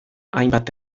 hainbat